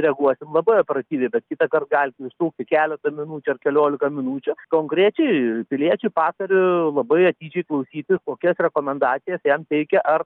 reaguosim labai operatyviai bet kitąkart gali užtrukti keletą minučių ar keliolika minučių konkrečiai piliečiui patariu labai atidžiai klausyti kokias rekomendacijas jam teikia ar tai